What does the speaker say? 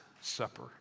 Supper